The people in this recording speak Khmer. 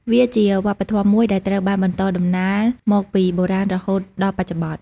វាជាវប្បធម៌មួយដែលត្រូវបានបន្តដំណាលមកពីបុរាណរហូតដល់បច្ចុប្បន្ន។